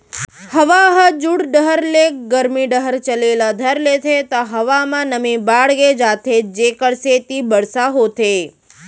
हवा ह जुड़ डहर ले गरमी डहर चले ल धर लेथे त हवा म नमी बाड़गे जाथे जेकर सेती बरसा होथे